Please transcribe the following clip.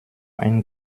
ein